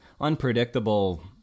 unpredictable